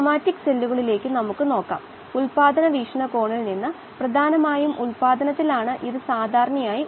obligate ഫാൽക്കേറ്റീവ് എന്നീ വിശേഷണങ്ങളുംപിന്നെ അവയുടെ താപനിലയുടെ ആശ്രയത്വവും മനസ്സിലാക്കി